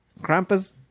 Krampus